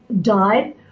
died